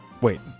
Wait